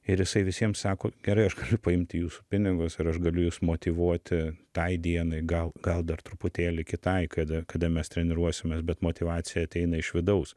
ir jisai visiems sako gerai aš galiu paimti jūsų pinigus ir aš galiu jus motyvuoti tai dienai gal gal dar truputėlį kitai kada kada mes treniruosimės bet motyvacija ateina iš vidaus